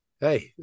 hey